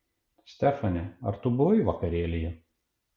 stefane ar tu buvai vakarėlyje